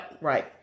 Right